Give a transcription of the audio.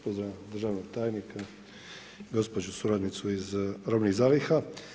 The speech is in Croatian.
Pozdravljam državnog tajnika i gospođu suradnicu iz robnih zaliha.